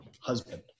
husband